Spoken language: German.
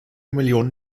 millionen